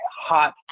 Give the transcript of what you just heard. hot